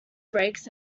brakes